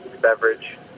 beverage